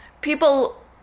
People